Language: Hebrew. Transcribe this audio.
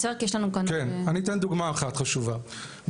חשובה,